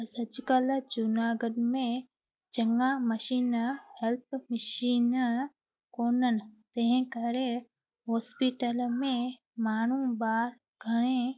अॼ कल्ह जूनागढ़ में चंगा मशीन हेल्प मशीन कोन आहिनि तंहिं करे हॉस्पीटल में माण्हू ॿार घणे